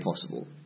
possible